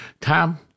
Tom